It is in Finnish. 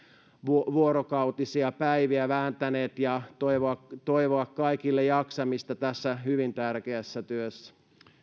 ympärivuorokautisia päiviä vääntäneet ja toivoa toivoa kaikille jaksamista tässä hyvin tärkeässä työssä